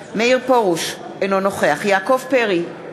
בעד מאיר פרוש, אינו נוכח יעקב פרי,